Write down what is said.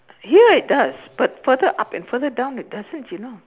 here it does but further up and further down it doesn't you know